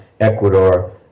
Ecuador